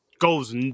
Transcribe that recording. goes